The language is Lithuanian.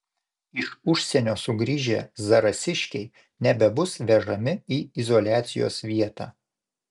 iš užsienio sugrįžę zarasiškiai nebebus vežami į izoliacijos vietą